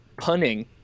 punning